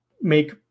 make